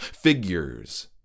figures